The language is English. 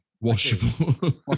washable